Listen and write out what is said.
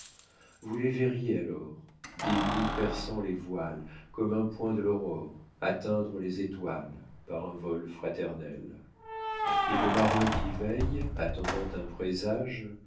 vous les verriez alors des nuits perçant les voiles comme un point de l'aurore atteindre les étoiles par un vol fraternel et le marin qui veille attendant un présage